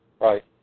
Right